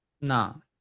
No